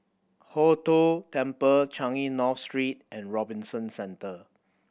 Hong Tho Temple Changi North Street and Robinson Centre